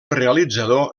realitzador